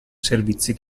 servizi